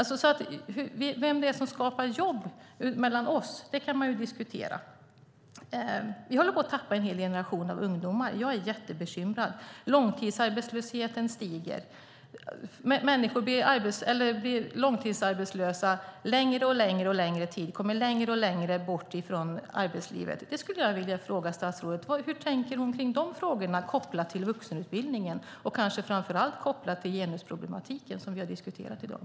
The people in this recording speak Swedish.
Vem av oss som skapar jobb kan därför diskuteras. Vi håller på att förlora en hel generation ungdomar. Jag är jättebekymrad. Långtidsarbetslösheten stiger. Människor är långtidsarbetslösa allt längre tid och kommer allt längre bort från arbetslivet. Jag skulle vilja fråga statsrådet hur hon tänker kring dessa frågor kopplat till vuxenutbildningen och kanske framför allt kopplat till genusproblematiken som vi diskuterar i dag.